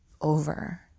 over